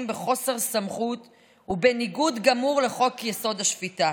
בחוסר סמכות ובניגוד גמור לחוק-יסוד: השפיטה,